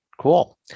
Cool